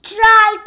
Try